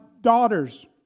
daughters